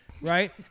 Right